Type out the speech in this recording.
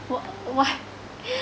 wha~ why